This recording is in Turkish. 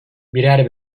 birer